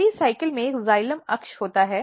pericycle में एक xylem अक्ष होता है